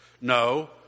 No